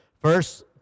First